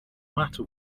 matter